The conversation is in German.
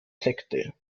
sekte